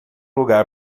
lugar